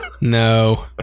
no